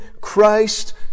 Christ